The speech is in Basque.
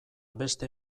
beste